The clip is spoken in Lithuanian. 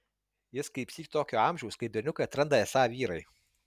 jis kaipsyk tokio amžiaus kai berniukai atranda esą vyrai